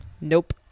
nope